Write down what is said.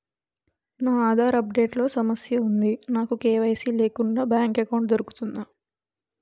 నా Aadhaar update లో సమస్య వుంది నాకు కే.వై.సీ లేకుండా బ్యాంక్ ఎకౌంట్దొ రుకుతుందా?